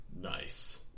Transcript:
Nice